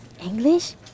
English